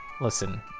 listen